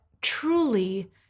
truly